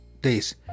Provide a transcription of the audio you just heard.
days